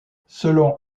selon